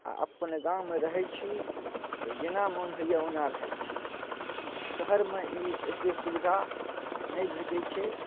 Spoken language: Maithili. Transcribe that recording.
आओर अपन गाममे रहै छी तऽ जेना मोन होइए ओना रहै छी शहरमे ई एतेक सुविधा नहि भेटै छै